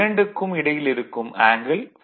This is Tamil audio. இரண்டுக்கும் இடையில் இருக்கும் ஆங்கில் ∅2